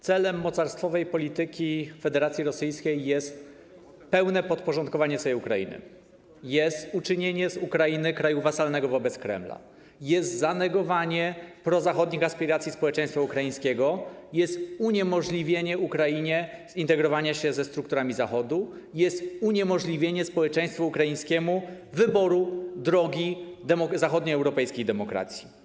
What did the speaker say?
Celem mocarstwowej polityki Federacji Rosyjskiej jest pełne podporządkowanie sobie Ukrainy, uczynienie z Ukrainy kraju wasalnego wobec Kremla, zanegowanie prozachodnich aspiracji społeczeństwa ukraińskiego, uniemożliwienie Ukrainie zintegrowania się ze strukturami zachodu, uniemożliwienie społeczeństwu ukraińskiemu wyboru drogi zachodnioeuropejskiej demokracji.